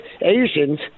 Asians